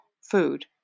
food